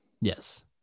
Yes